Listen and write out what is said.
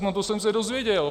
No, to jsem se dozvěděl.